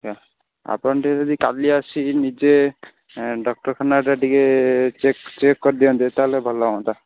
ଆଚ୍ଛା ଆପଣ ଟିକେ ଯଦି କାଲି ଆସି ନିଜେ ଡ଼କ୍ଟର୍ଖାନାଟା ଟିକେ ଚେକ୍ କରିଦିଅନ୍ତେ ତାହେଲେ ଭଲ ହୁଅନ୍ତା